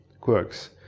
Quirks